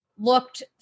looked